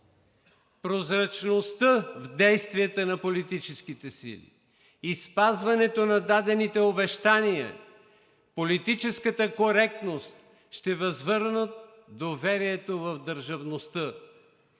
Прозрачността в действията на политическите сили и спазването на дадените обещания, политическата коректност ще възвърнат доверието в държавността.